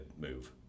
move